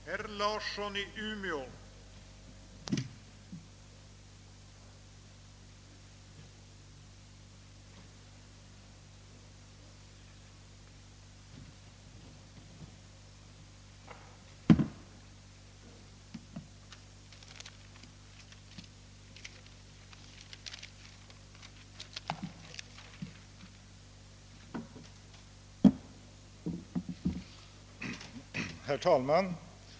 Herr talman!